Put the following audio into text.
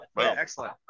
excellent